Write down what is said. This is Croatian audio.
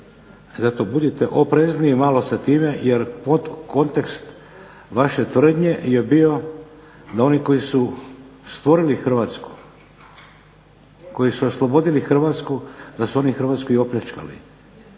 zato budite oprezniji malo sa time jer podkontekst vaše tvrdnje je bio da oni koji su stvorili Hrvatsku, koji su oslobodili Hrvatsku da su oni Hrvatsku i opljačkali.